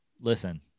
listen